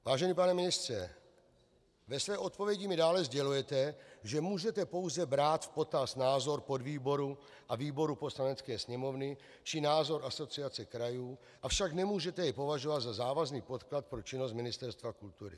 Vážený pane ministře, ve své odpovědi mi dále sdělujete, že můžete pouze brát v potaz názor podvýboru a výboru Poslanecké sněmovny či názor Asociace krajů, avšak nemůžete jej považovat za závazný podklad pro činnost Ministerstva kultury.